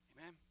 Amen